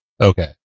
okay